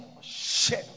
Shame